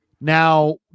Now